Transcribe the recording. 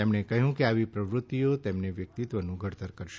તેમણે કહ્યું કે આવી પ્રવૃત્તિઓ તેમના વ્યક્તિત્વનું ઘડતર કરશે